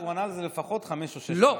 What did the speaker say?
הוא ענה על זה לפחות חמש או שש פעמים.